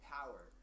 power –